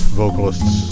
vocalists